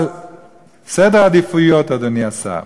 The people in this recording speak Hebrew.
אבל סדר עדיפויות, אדוני השר.